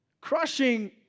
crushing